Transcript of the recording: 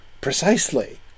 precisely